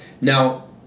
now